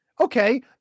Okay